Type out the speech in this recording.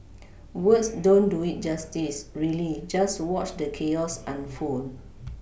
words don't do it justice really just watch the chaos unfold